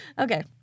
Okay